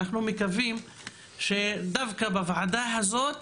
אנחנו מקווים שדווקא בוועדה הזאת